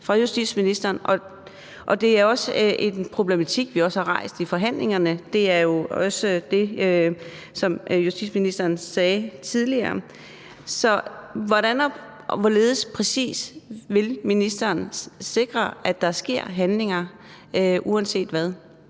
for justitsministeren. Det er en problematik, vi også har rejst i forhandlingerne. Det er jo også det, justitsministeren sagde tidligere. Så hvordan og hvorledes vil ministeren præcis sikre, at der sker nogle handlinger, uanset hvad?